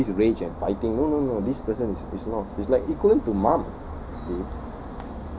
always rage and fighting no no no this person is not is like equivalent to mum